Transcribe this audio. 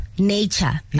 nature